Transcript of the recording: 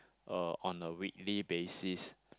uh on a weekly basis